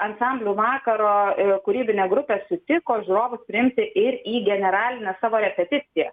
ansamblių vakaro kūrybinė grupė sutiko žiūrovus priimti ir į generalinę repeticiją